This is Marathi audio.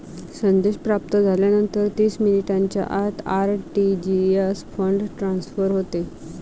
संदेश प्राप्त झाल्यानंतर तीस मिनिटांच्या आत आर.टी.जी.एस फंड ट्रान्सफर होते